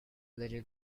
little